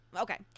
okay